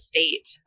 State